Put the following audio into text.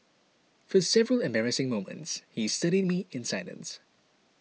for several embarrassing moments he studied me in silence